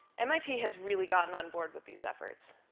mit has really gotten on board with these efforts.